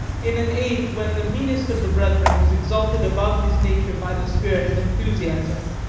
in an age when the meanest of the brethren was exalted above his nature by the spirit of enthusiasm.